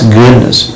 goodness